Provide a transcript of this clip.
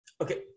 Okay